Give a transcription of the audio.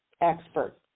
expert